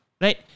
right